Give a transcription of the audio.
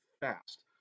fast